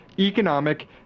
economic